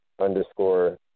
underscore